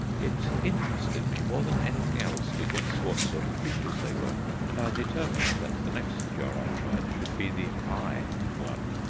it interested me more than anything else to guess what sort of creatures they were, and i determined that the next jar i tried should be the eye one.